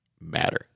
matter